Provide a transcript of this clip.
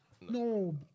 No